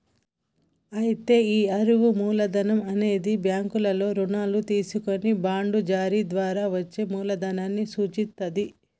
అయితే ఈ అరువు మూలధనం అనేది బ్యాంకుల్లో రుణాలు తీసుకొని బాండ్లు జారీ ద్వారా వచ్చే మూలదనాన్ని సూచిత్తది